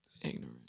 Ignorant